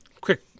Quick